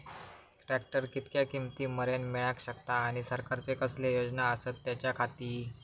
Tractor कितक्या किमती मरेन मेळाक शकता आनी सरकारचे कसले योजना आसत त्याच्याखाती?